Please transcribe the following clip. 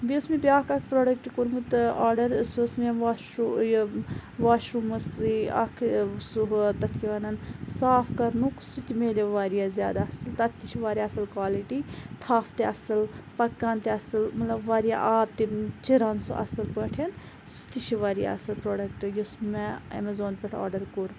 بیٚیہِ اوس مےٚ بیاکھ اکھ پروڈَکٹ کوٚرمُت آرڈَر سُہ اوس مےٚ واشروٗ یہِ واشروٗمَس اکھ سُہ ہُہ تَتھ کیاہ وَنان صاف کَرنُک سُہ تہِ مِلیو واریاہ زیادٕ اَصل تَتھ تہِ چھِ واریاہ اَصل کالِٹی تھَپھ تہِ اَصل پَکان تہِ اَصل مَطلَب واریاہ آب تہِ چِران سُہ اَصل پٲٹھۍ سُہ تہِ چھُ واریاہ اَصل پروڈَکٹ یُس مےٚ اَمیزان پٮ۪ٹھ آرڈَر کوٚر